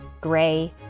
gray